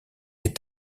est